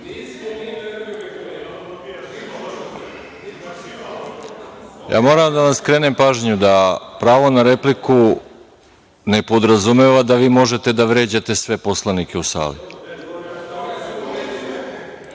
moram da vam skrenem pažnju da pravo na repliku ne podrazumeva da vi možete da vređate sve poslanike u